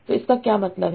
तो इसका क्या मतलब है